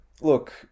look